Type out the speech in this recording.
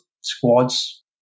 squads